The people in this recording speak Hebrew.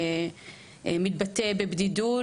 סוגיות של בדידות,